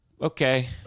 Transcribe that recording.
okay